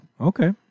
Okay